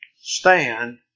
stand